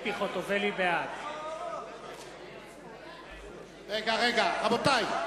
ציפי חוטובלי, בעד רגע, רגע, רבותי.